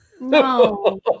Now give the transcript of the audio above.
no